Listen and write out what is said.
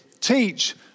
Teach